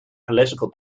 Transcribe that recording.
political